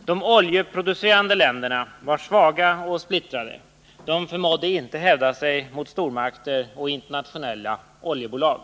De oljeproducerande länderna var svaga och splittrade; de förmådde inte hävda sig mot stormakter och internationella oljebolag.